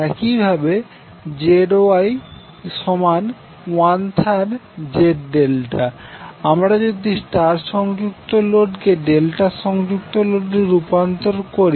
একইভাবে ZY13Z∆ আমরা যদি স্টার সংযুক্ত লোডকে ডেল্টা সংযুক্ত লোডে রূপান্তর করি